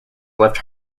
left